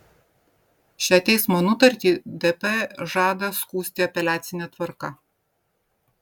šią teismo nutartį dp žada skųsti apeliacine tvarka